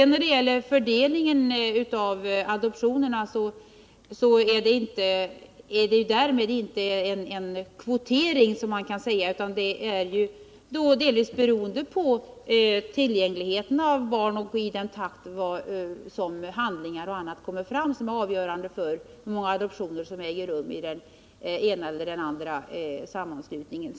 När det gäller fördelningen av adoptionerna vill jag säga att man inte tillämpar kvotering, utan fördelningen baseras på tillgängligheten av barn. I vilken takt man får fram handlingar och annat är också avgörande för hur många adoptioner som äger rum i den ena eller den andra sammanslutningen.